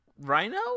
Rhino